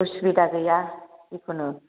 उसुबिदा गैया जिखुनु